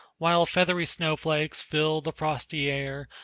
while feathery snowflakes fill the frosty air,